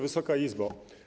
Wysoka Izbo!